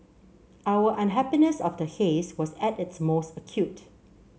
our unhappiness of the haze was at its most acute